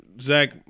Zach